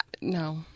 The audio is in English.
No